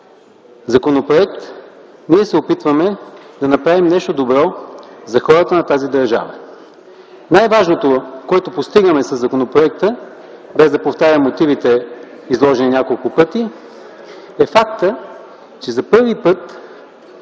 законопроект се опитваме да направим нещо добро за хората на тази държава. Най-важното, което постигаме със законопроекта, без да повтарям мотивите, изложени няколко пъти, е фактът, че за първи път